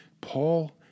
Paul